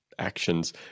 actions